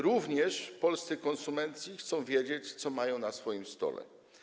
Również polscy konsumenci chcą wiedzieć, co mają na swoim stole.